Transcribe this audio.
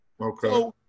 Okay